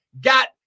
got